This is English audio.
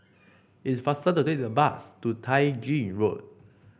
it's faster to take the bus to Tai Gin Road